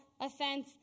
offense